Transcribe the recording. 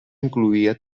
incloïa